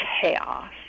chaos